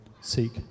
seek